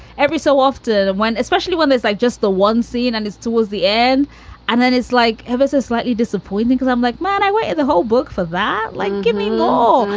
every so often when especially when there's, like, just the one scene and it's towards the end and then it's like ever so slightly disappointing because i'm like, man, i wait the whole book for that. like, give me more